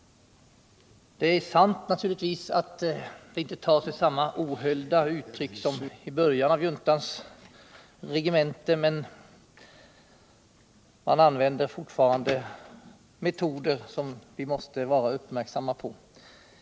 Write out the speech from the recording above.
Det är naturligtvis sant att detta inte tar sig samma ohöljda uttryck som i början av juntans regemente, men man använder fortfarande metoder som vi måste vara uppmärksamma på.